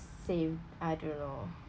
same I don't know